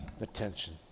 attention